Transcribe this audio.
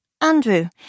Andrew